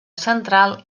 central